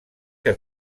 que